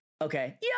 Okay